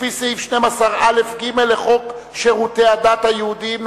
לפי סעיף 12א(ג) לחוק שירותי הדת היהודיים ,